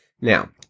Now